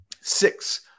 six